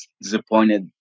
disappointed